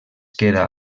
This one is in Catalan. queda